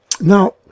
Now